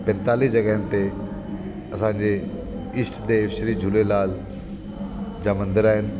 पंजेतालीह जॻहियुनि ते असांजे ईष्ट देव श्री झूलेलाल जा मंदर आहिनि